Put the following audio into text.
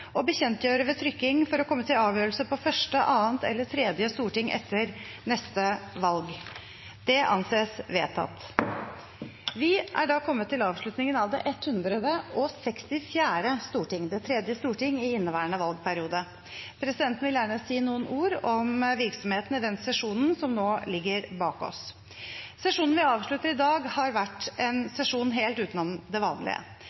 og skal kome kystsamfunna til gode. Grunnlovsforslagene vil bli behandlet på reglementsmessig måte. Ingen har bedt om ordet. Vi er da kommet til avslutningen av det 164. storting, det tredje storting i inneværende valgperiode. Presidenten vil gjerne si noen ord om virksomheten i den sesjonen som nå ligger bak oss. Sesjonen vi avslutter i dag, har vært en sesjon helt utenom det vanlige.